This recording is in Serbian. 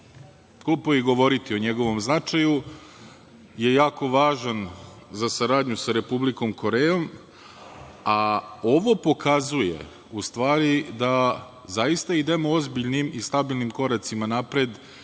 glupo je i govoriti o njegovom značaju, je jako važan za saradnju sa Republikom Korejom, a ovo pokazuje u stvari da zaista idemo ozbiljnim i stabilnim koracima napred,